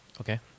Okay